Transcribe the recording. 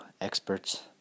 experts